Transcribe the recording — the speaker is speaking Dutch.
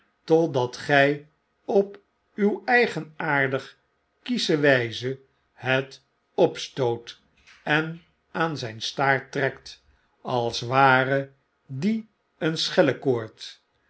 totdat gy op uw eigenaardig kiesche wyze het opstoot en aan zijn staart trekt als ware die een